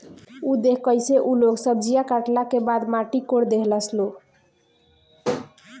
उ देखऽ कइसे उ लोग सब्जीया काटला के बाद माटी कोड़ देहलस लो